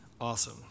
awesome